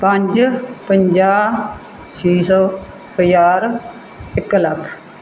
ਪੰਜ ਪੰਜਾਹ ਛੇ ਸੌ ਹਜ਼ਾਰ ਇੱਕ ਲੱਖ